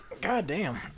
Goddamn